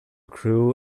crew